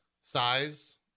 size